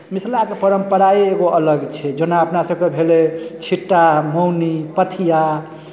मिथिलाके परम्पराए एगो अलग छै जेना अपनासभके भेलै छिट्टा मौनी पथिआ